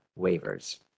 waivers